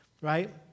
right